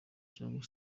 cyangwa